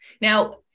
Now